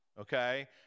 okay